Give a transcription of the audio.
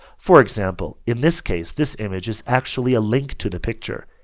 for example, in this case this image is actually a link to the picture.